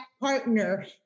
partner